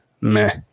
meh